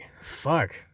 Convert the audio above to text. fuck